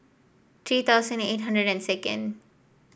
three thousand and eight hundred and second